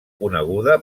coneguda